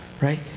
Right